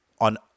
on